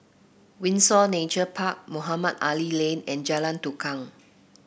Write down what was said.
Windsor Nature Park Mohamed Ali Lane and Jalan Tukang